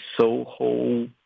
Soho